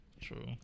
True